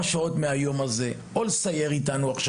שעות מהיום הזה כדי לבוא לסייר איתנו,